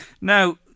Now